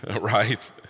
right